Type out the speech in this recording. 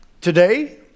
Today